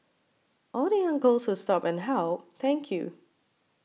all the uncles who stopped and helped thank you